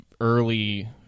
early